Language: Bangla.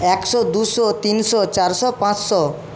একশো দুশো তিনশো চারশো পাঁচশো